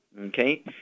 Okay